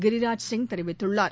கிரிராஜ் சிங் தெரிவித்துள்ளார்